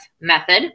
method